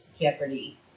Jeopardy